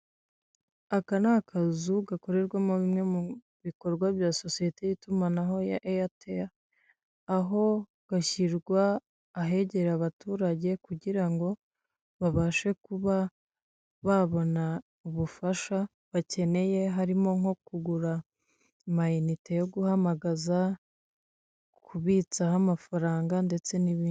Aka ni akazu gakorerwamo bimwe mu bikorwa bya sosiyete y'itumanaho ya Airtel, aho gashyirwa ahegera abaturage kugira ngo babashe kuba babona ubufasha bakeneye, harimo nko kugura amayinite yo guhamagaza, kubitsaho amafaranga ndetse n'ibindi.